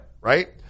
Right